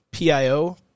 PIO